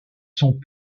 sont